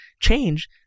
change